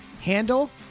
Handle